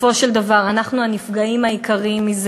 בסופו של דבר אנחנו הנפגעים העיקריים מזה.